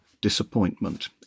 disappointment